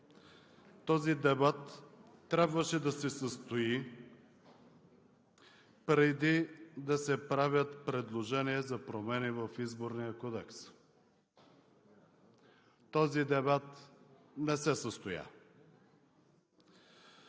Този дебат трябваше да се състои, преди да се правят предложения за промени в Изборния кодекс. Този дебат не се състоя.